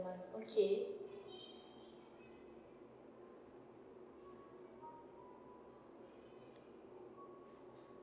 month okay